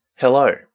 Hello